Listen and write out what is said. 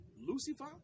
Lucifer